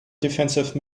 defensive